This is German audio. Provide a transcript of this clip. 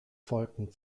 folgten